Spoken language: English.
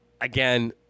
again